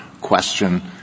question